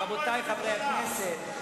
איך אתם מבקשים שנקיים את תקנון הכנסת.